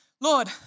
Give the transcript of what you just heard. Lord